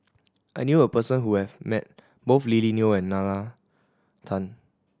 I knew a person who has met both Lily Neo and Nalla Tan